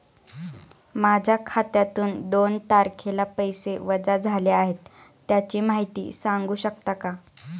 माझ्या खात्यातून दोन तारखेला पैसे वजा झाले आहेत त्याची माहिती सांगू शकता का?